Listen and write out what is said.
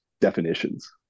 definitions